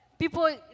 People